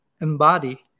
embody